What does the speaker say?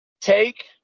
take